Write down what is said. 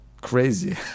crazy